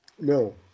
No